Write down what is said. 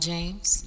James